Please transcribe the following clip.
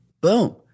Boom